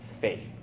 faith